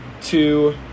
two